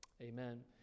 amen